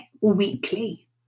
weekly